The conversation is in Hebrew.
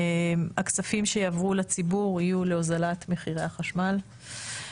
הכספים שיעברו לציבור יהיו להוזלת מחירי החשמל.